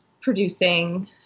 producing